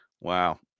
Wow